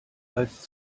als